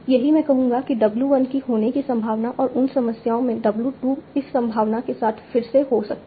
यही मैं कहूंगा कि w 1 की होने की संभावना और उन समयों में w 2 इस संभावना के साथ फिर से हो सकती है